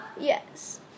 Yes